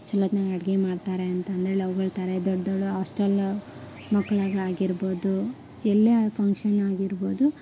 ಛಲೋತ್ನಾಗೆ ಅಡುಗೆ ಮಾಡ್ತಾರೆ ಅಂತಂದೇಳಿ ಹೊಗಳ್ತಾರೆ ದೊಡ್ಡ ದೊಡ್ಡ ಆಸ್ಟೆಲ್ ಮಕ್ಳಿಗೆ ಆಗಿರ್ಬೋದು ಎಲ್ಲೇ ಫಂಕ್ಷನ್ ಆಗಿರ್ಬೋದು